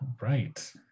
Right